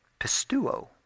Pistuo